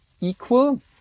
equal